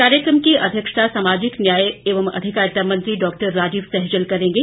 कार्यक्षता की अध्यक्षता सामाजिक न्याय एवं अधिकारिता मंत्री डॉ राजीव सैजल करेंगे